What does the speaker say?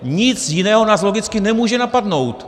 Nic jiného nás logicky nemůže napadnout.